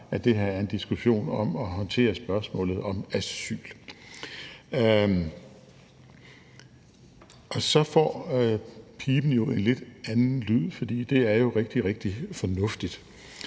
at det her er en diskussion om at håndtere spørgsmålet om asyl, og så får piben en lidt anden lyd, fordi det jo er rigtig, rigtig fornuftigt.